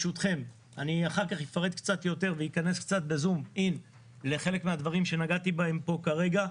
אחר כך אפרט קצת יותר ואכנס בזום-אין לחלק מהדברים שנגעתי בהם כרגע.